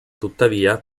tuttavia